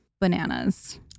bananas